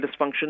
dysfunction